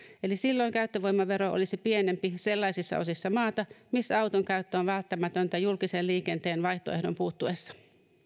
eli silloin käyttövoimavero olisi pienempi sellaisissa osissa maata missä auton käyttö on välttämätöntä julkisen liikenteen vaihtoehdon puuttuessa